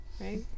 right